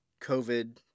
COVID